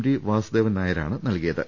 T Vasudevan നായരാണ് നൽകിയത്